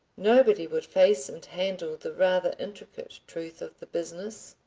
nobody would face and handle the rather intricate truth of the business.